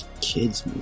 kids